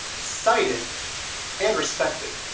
cited and respected.